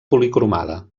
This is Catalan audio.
policromada